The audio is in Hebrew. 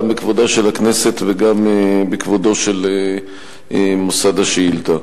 גם בכבודה של הכנסת וגם בכבודו של מוסד השאילתא.